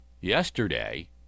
yesterday